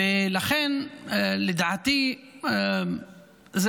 לכן, לדעתי, זה